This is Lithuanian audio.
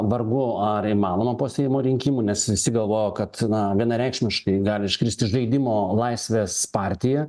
vargu ar įmanoma po seimo rinkimų nes visi galvojo kad na vienareikšmiškai gali iškrist iš žaidimo laisvės partija